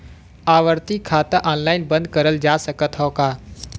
आवर्ती खाता ऑनलाइन बन्द करल जा सकत ह का?